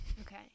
okay